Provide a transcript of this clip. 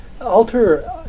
alter